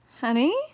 Honey